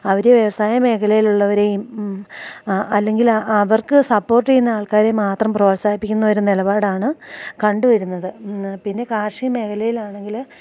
അവർ വ്യവസായ മേഖലയിലുള്ളവരെയും അല്ലെങ്കിൽ അവർക്ക് സപ്പോർട്ട് ചെയ്യുന്നാൾക്കാരെ മാത്രം പ്രോത്സാഹിപ്പിക്കുന്ന ഒരു നിലപാടാണ് കണ്ട് വരുന്നത് പിന്നെ കാർഷിക മേഖലയിലാണെങ്കിൽ